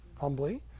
humbly